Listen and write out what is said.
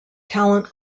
talent